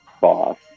boss